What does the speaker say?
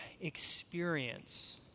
experience